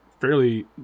fairly